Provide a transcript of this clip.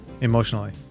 emotionally